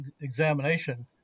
examination